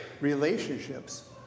Relationships